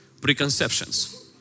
preconceptions